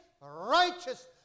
righteous